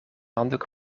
handdoek